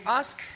ask